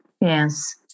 Yes